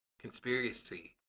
conspiracy